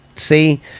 see